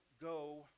go